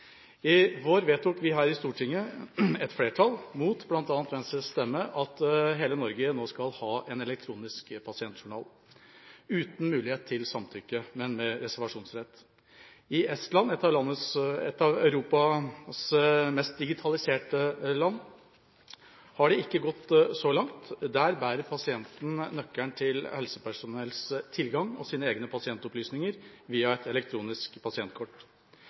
I vår vedtok vi her i Stortinget – et flertall, mot bl.a. Venstres stemmer – at hele Norge nå skal ha en elektronisk pasientjournal, uten mulighet til samtykke, men med reservasjonsrett. I Estland, et av Europas mest digitaliserte land, har de ikke gått så langt. Der bærer pasienten nøkkelen til helsepersonells tilgang og sine egne pasientopplysninger via et elektronisk pasientkort.